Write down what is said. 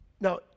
Now